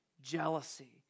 Jealousy